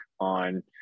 on